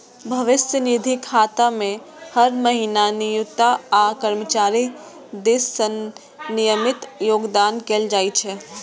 भविष्य निधि खाता मे हर महीना नियोक्ता आ कर्मचारी दिस सं नियमित योगदान कैल जाइ छै